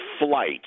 flight